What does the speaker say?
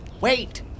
wait